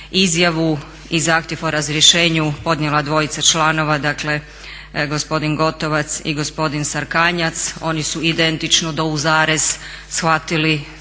izjavu i zahtjev o razrješenju podnijela dvojica članova, dakle gospodin Gotovac i gospodin Sarkanjac. Oni su identično do u zarez shvatili da